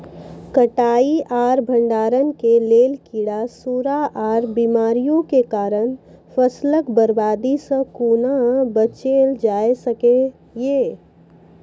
कटाई आर भंडारण के लेल कीड़ा, सूड़ा आर बीमारियों के कारण फसलक बर्बादी सॅ कूना बचेल जाय सकै ये?